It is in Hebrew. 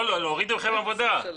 לא, להוריד מכם עומס.